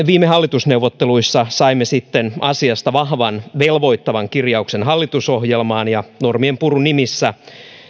viime hallitusneuvotteluissa saimme sitten asiasta vahvan velvoittavan kirjauksen hallitusohjelmaan ja normienpurun nimissä